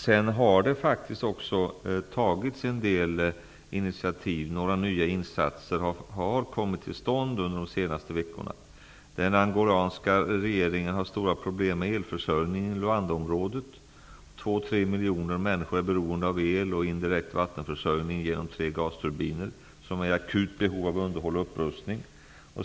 Det har faktiskt också tagits en del initiativ. Några nya insatser har kommit till stånd under de senaste veckorna. Den angolanska regeringen har stora problem med elförsörjningen i Luandaområdet. 2-- 3 miljoner människor är beroende av el och indirekt vattenförsörjning genom tre gasturbiner som är i akut behov av underhåll och upprustning.